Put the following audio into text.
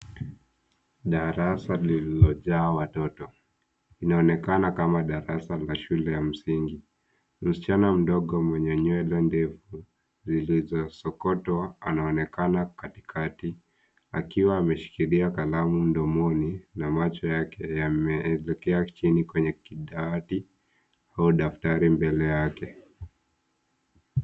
Darasa lililojaa watoto. Inaonekana kama darasa la shule ya msingi. Msichana mdogo mwenye nywele ndefu zilizosokotwa anaonekana katikati akiwa ameshikilia kalamu mdomoni na macho yake yameelekea chini kwenye dawati au daftari mbele yake.